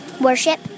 Worship